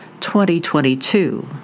2022